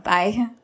Bye